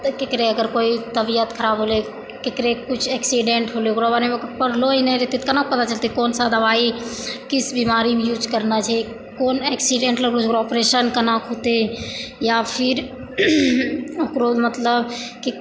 ककरो अगर कोइ तबीयत खराब होलै ककरो कुछ एक्सीडेंट होलै ओकरो बारेमे पढ़लो नहि रहतै तऽ कना पता चलतै कोनसा दवाइ किस बीमारीमे यूज करना छै कोन एक्सीडेंट लए ऑपरेशन कना कऽ होतै या फिर ओकरो मतलब